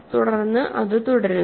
തുടർന്ന് അത് തുടരുന്നു